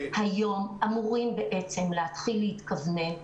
אמורים להתחיל להתכוונן,